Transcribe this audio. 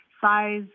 size